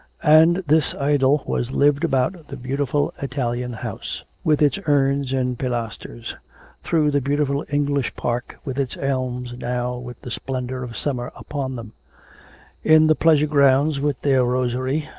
and this idyll was lived about the beautiful italian house, with its urns and pilasters through the beautiful english park, with its elms now with the splendour of summer upon them in the pleasure-grounds with their rosery,